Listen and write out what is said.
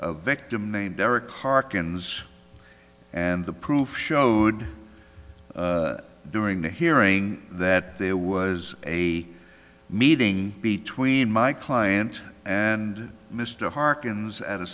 victim named derrick harkins and the proof showed during the hearing that there was a meeting between my client and mr harkins at a